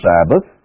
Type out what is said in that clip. Sabbath